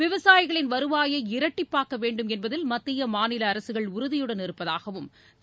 விவசாயிகளின் வருவாயை இரட்டிப்பாக்க வேண்டும் என்பதில் மத்திய மாநில அரசுகள் உறுதியுடன் இருப்பதாகவும் திரு